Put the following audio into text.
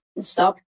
Stop